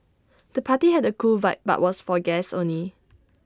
the party had A cool vibe but was for guests only